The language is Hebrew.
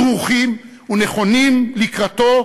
דרוכים ונכונים לקראתו,